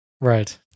right